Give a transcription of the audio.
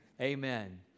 Amen